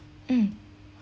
mm